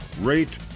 rate